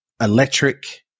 electric